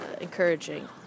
encouraging